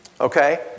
okay